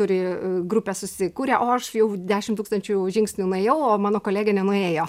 turi grupę susikūrę o aš jau dešimt tūkstančių žingsnių nuėjau o mano kolegė nenuėjo